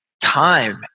time